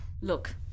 Look